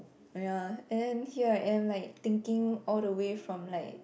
!aiya! and then here I am like thinking all the way from like